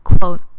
quote